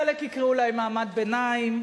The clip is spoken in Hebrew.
חלק יקראו להם "מעמד ביניים",